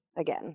again